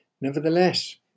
nevertheless